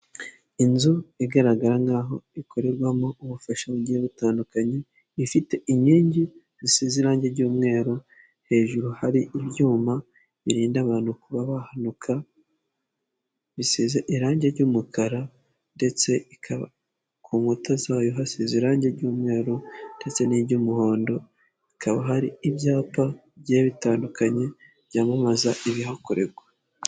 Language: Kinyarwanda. Inzu igaragara nk'aho ikorerwamo ubufasha bugiye butandukanye, ifite inkingi zisize irangi ry'umweru, hejuru hari ibyuma birinda abantu kuba bahanuka, bisize irangi ry'umukara ndetse ikaba ku nkuta zayo hasize irangi ry'umweru ndetse n'iry'umuhondo, hakaba hari ibyapa bigiye bitandukanye byamamaza ibihakorerwa.